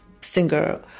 singer